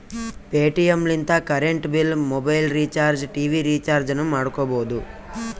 Paytm ಲಿಂತ current bill, mobile recharge, TV ರಿಚಾರ್ಜನೂ ಮಾಡ್ಕೋಬೋದು